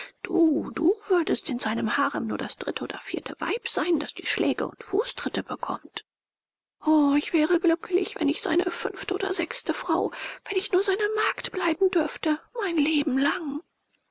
du würdest in seinem harem nur das dritte oder vierte weib sein das die schläge und fußtritte bekommt o ich wäre glücklich wenn ich seine fünfte oder sechste frau wenn ich nur seine magd bleiben dürfte mein leben lang